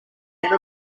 stand